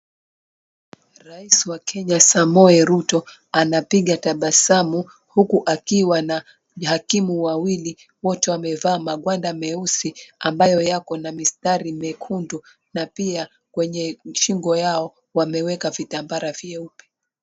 Rais wa Kenya, Samoei Ruto anapiga tabasamu huku akiwa na hakimu wawili wote wamevaa magwanda meusi ambayo yako na mistari miekundu na pia kwenye shingo yao wameweka vitambara vyeupe.